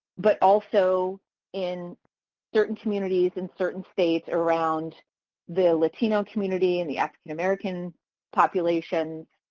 but also in certain communities and certain states around the latino community and the african american population.